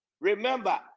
remember